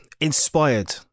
inspired